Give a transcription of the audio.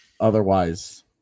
Otherwise